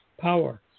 power